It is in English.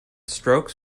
strokes